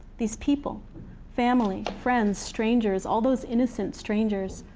these people family, friends, strangers, all those innocent strangers,